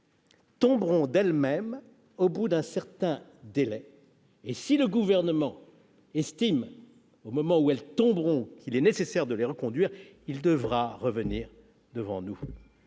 tomberont d'elles-mêmes au bout d'un certain délai. Si le Gouvernement estime à ce moment-là qu'il est nécessaire de les reconduire, il devra revenir devant nous.